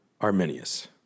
Arminius